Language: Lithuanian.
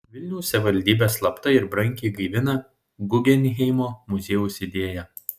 vilniaus savivaldybė slapta ir brangiai gaivina guggenheimo muziejaus idėją